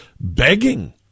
begging